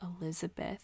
Elizabeth